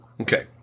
Okay